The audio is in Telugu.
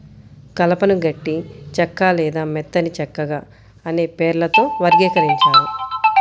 కలపను గట్టి చెక్క లేదా మెత్తని చెక్కగా అనే పేర్లతో వర్గీకరించారు